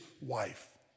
wife